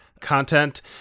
content